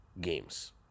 games